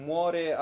Muore